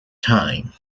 time